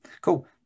cool